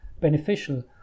beneficial